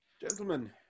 Gentlemen